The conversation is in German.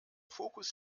fokus